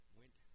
went